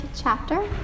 chapter